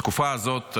בתקופה הזאת,